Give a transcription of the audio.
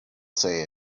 say